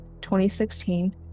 2016